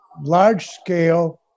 large-scale